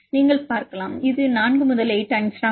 நீங்கள் பார்க்கலாம் இது 4 முதல் 8 ஆங்ஸ்ட்ரோம்